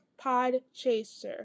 Podchaser